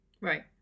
Right